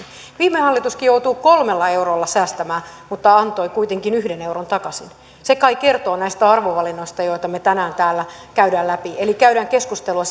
viime hallituskin joutui kolmella eurolla säästämään mutta antoi kuitenkin yhden euron takaisin se kai kertoo näistä arvovalinnoista joita me tänään täällä käymme läpi käymme keskustelua